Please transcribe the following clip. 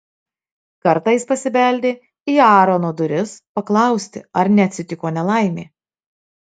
kartą jis pasibeldė į aarono duris paklausti ar neatsitiko nelaimė